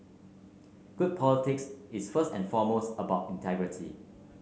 good politics is first and foremost about integrity